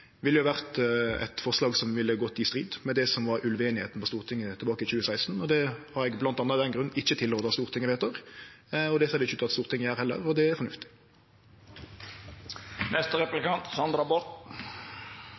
eit forslag som ville vore i strid med det som var ulveeinigheita på Stortinget tilbake i 2016, og det har eg bl.a. av den grunn ikkje tilrådd at Stortinget vedtek. Det ser det ikkje ut til at Stortinget gjer heller, og det er